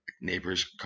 neighbor's